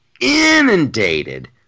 inundated